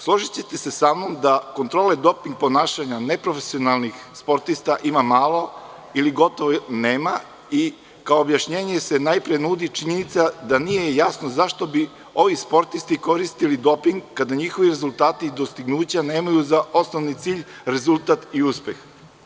Složićete se samnom, da kontrole doping ponašanja neprofesionalnih sportista imalo malo ili ih gotovo nema. kao objašnjenje najpre se nudi činjenica da nije jasno zašto bi ovi sportisti koristili doping kada njihovi rezultati i dostignuća nemaju za osnovni cilj rezultat i uspeh.